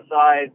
side